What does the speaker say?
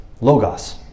Logos